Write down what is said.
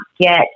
get